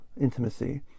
intimacy